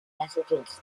residents